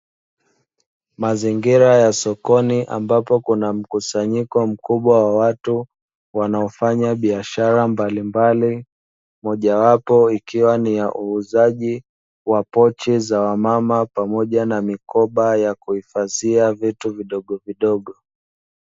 Mazingira ya sokoni ambapo kuna mkusanyiko mkubwa wa watu, wanafanya biashara mbalimbali moja wapo ikiwepo ni huzaji wa pochi za wamama na mikoba ya kuhifadhia vitu vidogo.